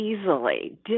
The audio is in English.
easily